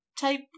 type